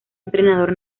entrenador